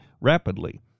rapidly